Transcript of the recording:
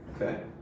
Okay